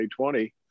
2020